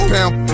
Pound